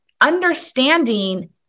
understanding